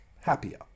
happier